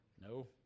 No